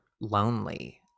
lonely